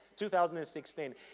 2016